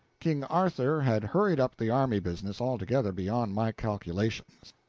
king arthur had hurried up the army business altogether beyond my calculations.